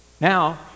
Now